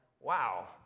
wow